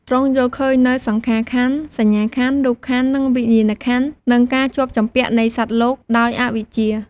ទ្រង់យល់ឃើញនូវសង្ខារខន្ធ សញ្ញាខន្ធ រូបខន្ធ និងវិញ្ញាណខន្ធ និងការជាប់ជំពាក់នៃសត្វលោកដោយអវិជ្ជា។